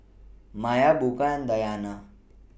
Maya Bunga Dayana